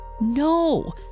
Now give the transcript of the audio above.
No